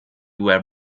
were